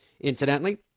incidentally